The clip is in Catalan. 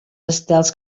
estels